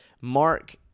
Mark